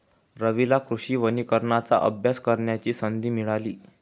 रवीला कृषी वनीकरणाचा अभ्यास करण्याची संधी मिळाली